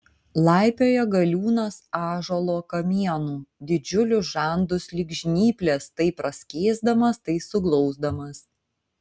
laipioja galiūnas ąžuolo kamienu didžiulius žandus lyg žnyples tai praskėsdamas tai suglausdamas